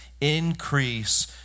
increase